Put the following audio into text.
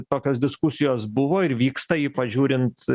tokios diskusijos buvo ir vyksta ypač žiūrint